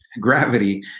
gravity